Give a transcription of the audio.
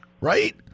Right